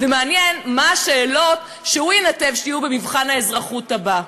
ומעניין מה השאלות שהוא ינתב שיהיו במבחן האזרחות הבא.